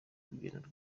urugendo